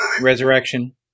Resurrection